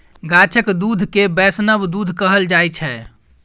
गाछक दुध केँ बैष्णव दुध कहल जाइ छै